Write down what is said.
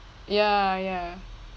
ya ya